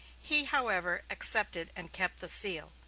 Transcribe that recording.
he, however, accepted and kept the seal.